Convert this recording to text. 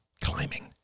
climbing